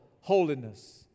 holiness